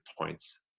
points